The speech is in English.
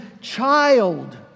child